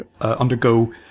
undergo